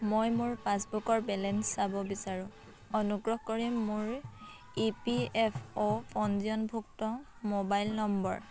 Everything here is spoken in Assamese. মই মোৰ পাছবুকৰ বেলেঞ্চ চাব বিচাৰোঁ অনুগ্ৰহ কৰি মোৰ ই পি এফ অ' পঞ্জীয়নভুক্ত মোবাইল নম্বৰ